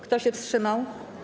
Kto się wstrzymał?